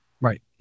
right